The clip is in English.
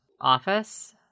office